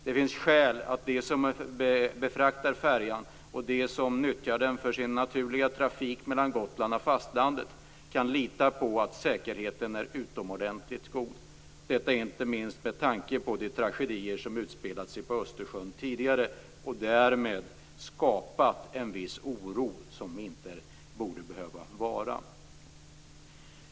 Det finns skäl att de som befraktar färjan och de som nyttjar den för sin naturliga trafik mellan Gotland och fastlandet skall kunna lita på att säkerheten är utomordentligt god. Detta gäller inte minst med tanke på de tragedier som har utspelat sig på Östersjön tidigare och som har skapat en viss oro som inte borde behöva förekomma.